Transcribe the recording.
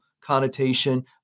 connotation